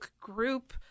group